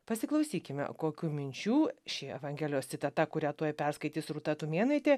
pasiklausykime kokių minčių ši evangelijos citata kurią tuoj perskaitys rūta tumėnaitė